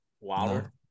Waller